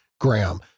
GRAHAM